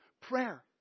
prayer